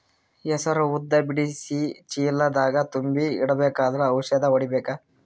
ಹೆಸರು ಉದ್ದ ಬಿಡಿಸಿ ಚೀಲ ದಾಗ್ ತುಂಬಿ ಇಡ್ಬೇಕಾದ್ರ ಔಷದ ಹೊಡಿಬೇಕ?